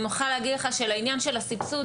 מוכרחה להגיד לך שלעניין של הסבסוד,